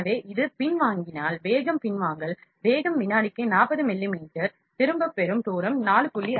எனவே இது பின்வாங்கல் வேகம்பின்வாங்கல் வேகம் வினாடிக்கு 40 மிமீ மில்லிமீட்டர் திரும்பப் பெறும் தூரம் 4